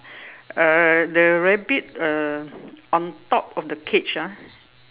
uh the rabbit uh on top of the cage ah